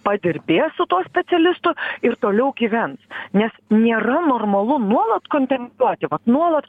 padirbės su tuo specialistu ir toliau gyvens nes nėra normalu nuolat kontempliuoti nuolat